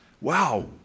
Wow